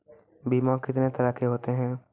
बीमा कितने तरह के होते हैं?